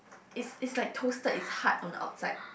it's it's like toasted it's hard on the outside